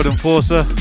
Enforcer